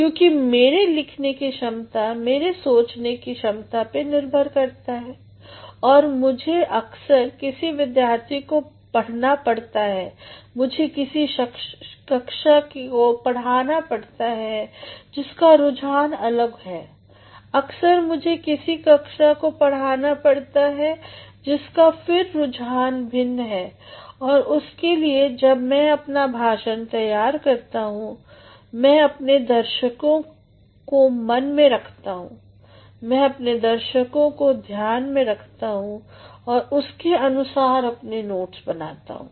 क्योंकि मेरे लिखने की क्षमता मेरे सोचने की क्षमता पे निर्भर करता है और मुझे अक्सर किसी विद्यार्थी को पढना पड़ता है मुझे किसी कक्षा को पढ़ाना पड़ता है जिसका रुझान अलग है अक्सर मुझे किसी कक्षा को पढ़ाना पड़ता है जिसका फ़िर रुझान भिन्न है और उसके लिए जब मैं अपना भाषण तैयार करता हूँ मै अपने दर्शकों को मन में रखता हूँ मै अपने दर्शकों को ध्यान में रखता हूँ और उसके अनुसार अपने नोट्स बनाता हूँ